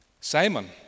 Simon